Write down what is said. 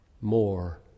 more